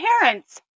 parents